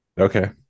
Okay